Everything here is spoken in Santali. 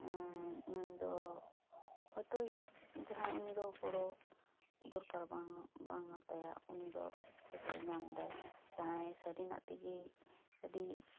ᱱᱩᱭᱫᱚ ᱦᱳᱭᱛᱳ ᱡᱟᱦᱟᱸᱭ ᱩᱱᱤᱫᱚ ᱜᱚᱲᱚ ᱫᱚᱨᱠᱟᱨ ᱵᱟᱝ ᱵᱟᱝ ᱟᱛᱟᱭᱟ ᱩᱱᱤᱫᱚ ᱦᱳᱭᱛᱳ ᱧᱟᱢ ᱮᱫᱟᱭ ᱡᱟᱦᱟᱸᱭ ᱥᱟᱹᱨᱤᱱᱟᱜ ᱛᱮᱜᱮ ᱟᱹᱰᱤ